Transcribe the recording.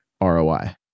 ROI